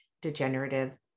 degenerative